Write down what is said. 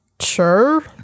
Sure